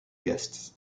guests